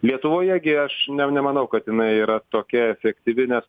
lietuvoje gi aš ne nemanau kad jinai yra tokia efektyvi nes